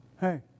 Hey